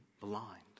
blind